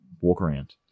walk-around